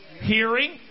hearing